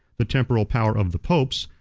the temporal power of the popes,